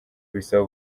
bisaba